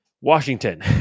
Washington